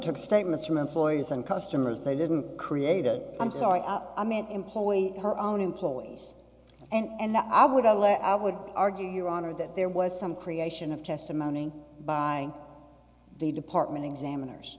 took statements from employees and customers they didn't create a i'm sorry i'm an employee her own employees and that i would allow i would argue your honor that there was some creation of testimony by the department examiners